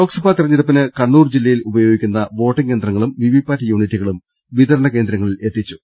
ലോക്സഭാ തെരഞ്ഞെടുപ്പിന് കണ്ണൂർ ജില്ലയിൽ ഉപയോഗി ക്കുന്ന വോട്ടിംഗ് യന്ത്രങ്ങളും വിവി പാറ്റ് യൂണിറ്റുകളും വിതരണ കേന്ദ്രങ്ങളിൽ എത്തിച്ചു